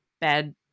bad